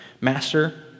Master